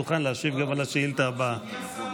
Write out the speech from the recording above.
להשיב על השאילתה הבאה.